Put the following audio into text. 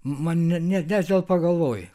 man ne netelpa galvoj